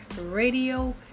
Radio